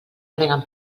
preguen